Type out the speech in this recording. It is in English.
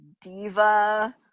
diva